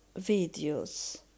videos